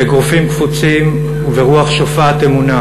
באגרופים קפוצים וברוח שופעת אמונה